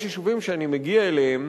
יש יישובים שאני מגיע אליהם